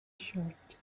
short